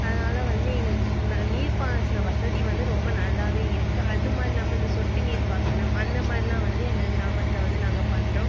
அதனால வந்து எங்கள் ந நீர் பாசன வசதி வந்து ரொம்ப நல்லாவே இருக்குது அந்துமாதிரி நம்ம இந்த சொட்டு நீர் பாசனம் அந்தமாதிரிலா வந்து எங்கள் கிராமத்தில் வந்து நாங்கள் பண்றோம்